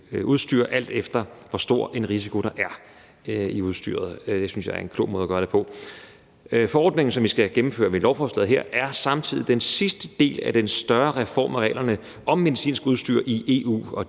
udstyr, alt efter hvor stor en risiko der er ved udstyret. Det synes jeg er en klog måde at gøre det på. Forordningen, som vi skal gennemføre med lovforslaget her, er samtidig den sidste del af den større reform af reglerne om medicinsk udstyr i EU, og